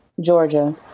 Georgia